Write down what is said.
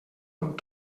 amb